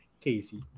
Casey